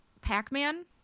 Pac-Man